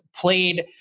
played